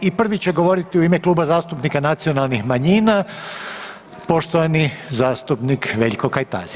Ovaj i prvi će govoriti u ime Kluba zastupnika nacionalnih manjina poštovani zastupnik Veljko Kajtazi.